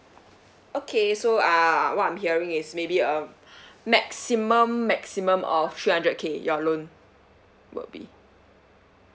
okay so ah what I'm hearing is maybe a maximum maximum of three hundred K your loan will be